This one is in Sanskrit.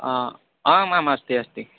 आ आमाम् अस्ति अस्ति